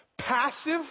passive